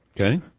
Okay